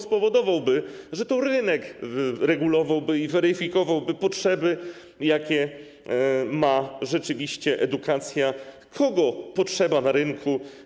Spowodowałby, że to rynek regulowałby i weryfikowałby potrzeby, jakie rzeczywiście ma edukacja, kogo potrzeba na rynku.